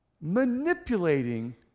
manipulating